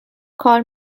کار